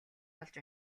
олж